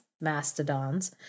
mastodons